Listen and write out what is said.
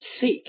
seek